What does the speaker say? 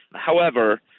however,